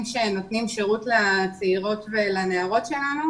שנותנים שירות לצעירות ולנערות שלנו.